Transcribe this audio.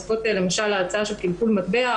הן עוסקות למשל בהצעה של -- -מטבע,